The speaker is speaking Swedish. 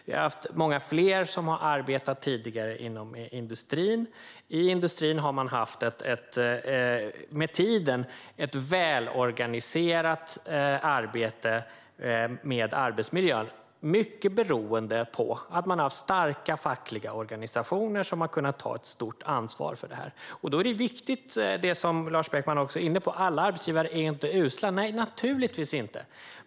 Tidigare arbetade många fler inom industrin, och där fick man med tiden ett välorganiserat arbete med arbetsmiljön - mycket beroende på att man har haft starka fackliga organisationer som har kunnat ta ett stort ansvar för detta. Lars Beckman tar upp att alla arbetsgivare inte är usla. Nej, givetvis inte.